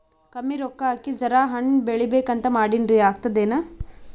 ಕಮ್ಮಿ ರೊಕ್ಕ ಹಾಕಿ ಜರಾ ಹಣ್ ಬೆಳಿಬೇಕಂತ ಮಾಡಿನ್ರಿ, ಆಗ್ತದೇನ?